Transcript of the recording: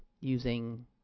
using